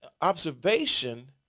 observation